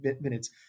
minutes